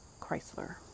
Chrysler